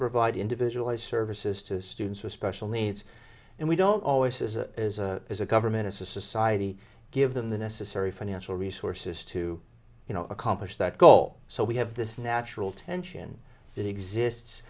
provide individual a services to students with special needs and we don't always as a as a as a government as a society give them the necessary financial resources to you know accomplish that goal so we have this natural tension that exists